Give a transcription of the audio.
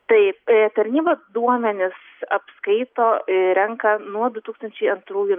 taip tarnybos duomenis apskaito ir renka nuo du tūkstančiai antrųjų